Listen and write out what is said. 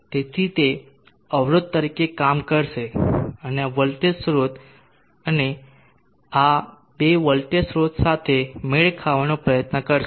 તેથી તે અવરોધ તરીકે કામ કરશે અને આ વોલ્ટેજ સ્રોત અને આ આ બે વોલ્ટેજ સ્રોતો સાથે મેળ ખાવાનો પ્રયત્ન કરશે